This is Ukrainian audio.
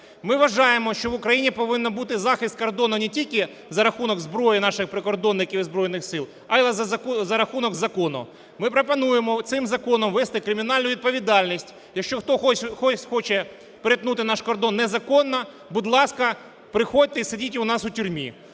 Ми вважаємо, що в Україні повинен бути захист кордону не тільки за рахунок зброї наших прикордонників і Збройних Сил, а і за рахунок закону. Ми пропонуємо цим законом вести кримінальну відповідальність. Якщо хтось схоче перетнути наш кордон незаконно, будь ласка, приходьте і сидіть у нас в тюрмі